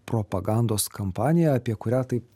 propagandos kampaniją apie kurią taip